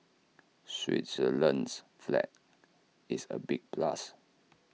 Switzerland's flag is A big plus